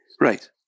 Right